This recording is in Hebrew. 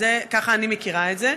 ככה אני מכירה את זה.